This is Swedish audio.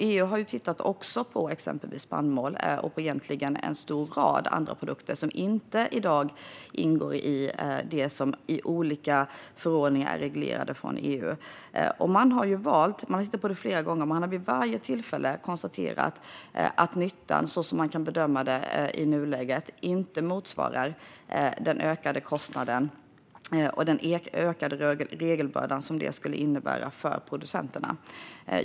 EU har också tittat på exempelvis spannmål och även en lång rad andra produkter som i dag inte ingår i olika förordningar som reglerats av EU. Man har flera gånger tittat på detta. Vid varje tillfälle har man konstaterat att nyttan, så som man kan bedöma den i nuläget, inte motsvarar den ökade kostnaden och regelbördan som det skulle innebära för producenterna.